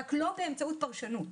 רק לא באמצעות פרשנות.